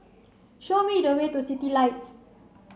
show me the way to Citylights